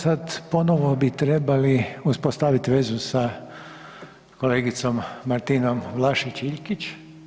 Sada ponovo bi trebali uspostaviti vezu sa kolegicom Martinom Vlašić Iljkić.